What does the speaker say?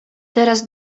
teraz